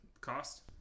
cost